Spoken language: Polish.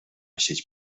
sieć